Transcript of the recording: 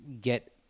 get –